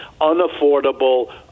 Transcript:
unaffordable